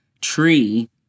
tree